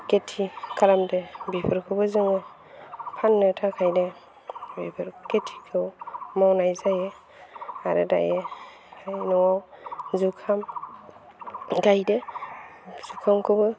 खिथि खालामदो बिफोरखौबो जोङो फाननो थाखायनो बेफोर खिथिखौ मावनाय जायो आरो दायोहाय न'आव जुखाम गायदो जुखामखोबो